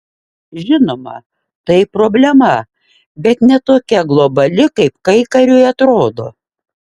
žinoma tai problema bet ne tokia globali kaip kaikariui atrodo